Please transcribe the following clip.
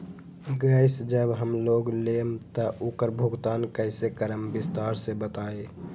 Gas जब हम लोग लेम त उकर भुगतान कइसे करम विस्तार मे बताई?